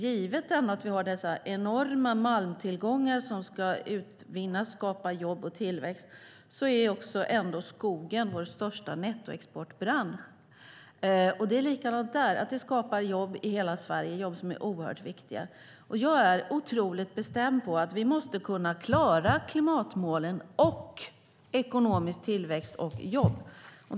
Givet att vi har dessa enorma malmtillgångar som ska utvinnas och skapa jobb och tillväxt är ändå skogen vår största nettoexportbransch. Det är likadant där. Det skapar jobb i hela Sverige, jobb som är oerhört viktiga. Jag är otroligt bestämd när det gäller att vi måste kunna klara klimatmålen och ekonomisk tillväxt och jobb.